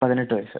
പതിനെട്ട് വയസ്